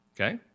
Okay